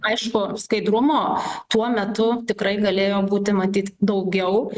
aišku skaidrumo tuo metu tikrai galėjo būti matyt daugiau